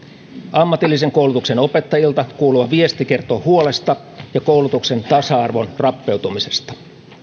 ammatillisen koulutuksen opettajilta kuuluva viesti kertoo huolesta ja koulutuksen tasa arvon rappeutumisesta